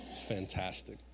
Fantastic